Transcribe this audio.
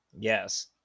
yes